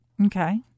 Okay